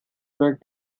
back